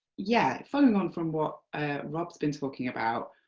yeah, following on from what rob has been talking about,